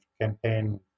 campaign